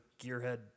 gearhead